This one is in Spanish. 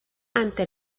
ante